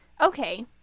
Okay